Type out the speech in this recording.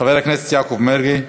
חבר הכנסת יעקב מרגי.